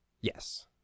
yes